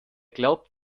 glaubt